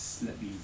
slap you